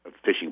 fishing